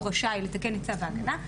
הוא רשאי לתקן את צו ההגנה.